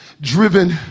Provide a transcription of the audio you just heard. driven